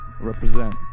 represent